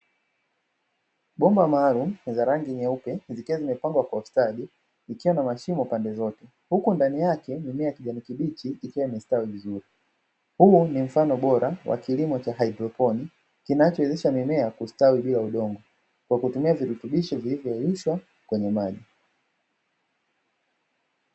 Bomba maalumu za rangi nyeupe zikwa zimepangwa kwa ustadi ikiwa na mshimo pande zote, huku ndani yake mimea ya kijani kibichi ikiwa imestawi vizuri, huu ni mfano bora wa kilimo cha hayidroponi kinachowezesha mimea kustawi bila udongo kwa kutumia virutubisho vilivyoyeyushwa kwenye maji.